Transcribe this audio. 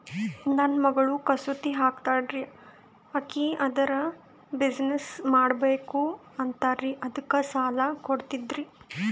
ನನ್ನ ಮಗಳು ಕಸೂತಿ ಹಾಕ್ತಾಲ್ರಿ, ಅಕಿ ಅದರ ಬಿಸಿನೆಸ್ ಮಾಡಬಕು ಅಂತರಿ ಅದಕ್ಕ ಸಾಲ ಕೊಡ್ತೀರ್ರಿ?